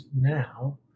now